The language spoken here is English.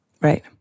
Right